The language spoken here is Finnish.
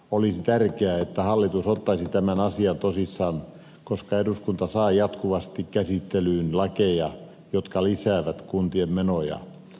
olisi tärkeää että hallitus ottaisi tämän asian tosissaan koska eduskunta saa jatkuvasti käsittelyyn lakeja jotka lisäävät kuntien menoja